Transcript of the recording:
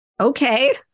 okay